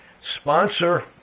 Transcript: sponsor